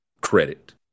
credit